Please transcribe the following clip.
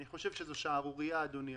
אני חושב שזה שערורייה, אדוני.